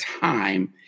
time